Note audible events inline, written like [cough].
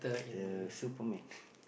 the Superman [laughs]